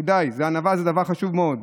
כדאי, ענווה זה דבר חשוב מאוד.